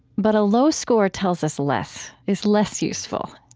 but a low score tells us less, is less useful